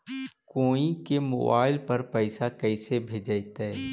कोई के मोबाईल पर पैसा कैसे भेजइतै?